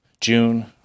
June